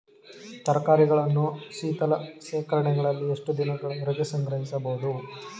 ತರಕಾರಿಗಳನ್ನು ಶೀತಲ ಶೇಖರಣೆಗಳಲ್ಲಿ ಎಷ್ಟು ದಿನಗಳವರೆಗೆ ಸಂಗ್ರಹಿಸಬಹುದು?